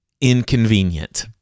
inconvenient